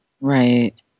right